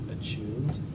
attuned